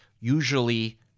usually